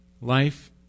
life